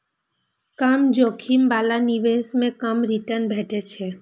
कम जोखिम बला निवेश मे कम रिटर्न भेटै छै